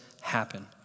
happen